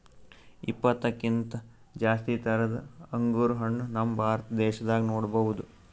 ಇಪ್ಪತ್ತಕ್ಕಿಂತ್ ಜಾಸ್ತಿ ಥರದ್ ಅಂಗುರ್ ಹಣ್ಣ್ ನಮ್ ಭಾರತ ದೇಶದಾಗ್ ನೋಡ್ಬಹುದ್